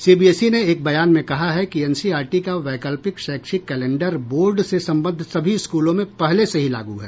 CBSE ने एक बयान में कहा है कि एनसीईआरटी का वैकल्पिक शैक्षिक कैलेंडर बोर्ड से संबद्ध सभी स्कूलों में पहले से ही लागू है